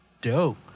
Dope